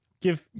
Give